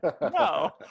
no